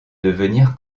devenir